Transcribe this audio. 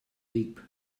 deep